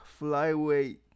flyweight